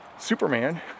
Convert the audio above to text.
Superman